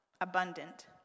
abundant